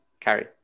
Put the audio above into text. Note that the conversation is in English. carry